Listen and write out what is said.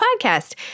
podcast